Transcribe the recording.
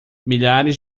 milhares